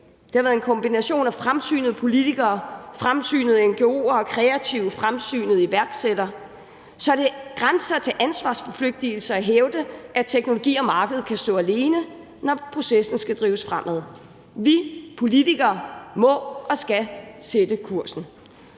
Det har været en kombination af fremsynede politikere, fremsynede ngo'er og kreative, fremsynede iværksættere, så det grænser til ansvarsforflygtigelse at hævde, at teknologi og marked kan stå alene, når processen skal drives fremad. Vi politikere må og skal sætte kursen,